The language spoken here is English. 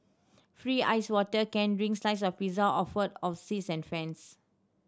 free iced water can drink slice of pizza offer of seats and fans